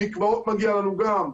מקוואות מגיע לנו גם.